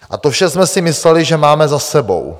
A to vše jsme si mysleli, že máme za sebou.